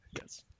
Yes